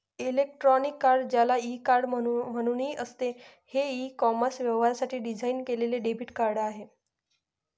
electronic card, ज्याला e card म्हणूनही असते, हे ई कॉमर्स व्यवहारांसाठी डिझाइन केलेले डेबिट कार्ड आहे